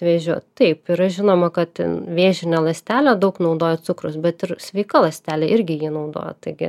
vėžiu taip yra žinoma kad vėžinė ląstelė daug naudoja cukrus bet ir sveika ląstelė irgi jį naudoja taigi